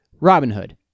Robinhood